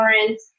tolerance